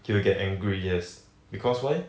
he will get angry yes because why